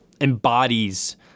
embodies